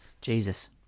Jesus